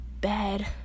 bad